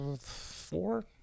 four